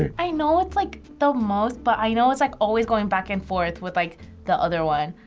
i know it's like the most, but i know it's like always going back and forth with like the other one,